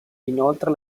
inoltre